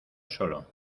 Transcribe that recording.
solo